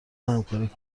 همکاری